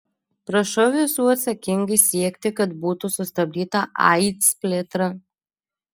prašau visų atsakingai siekti kad būtų sustabdyta aids plėtra